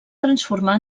transformar